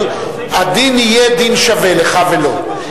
הדין יהיה דין שווה לך ולו.